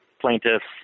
plaintiffs